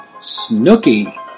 Snooky